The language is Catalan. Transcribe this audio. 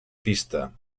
pista